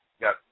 Got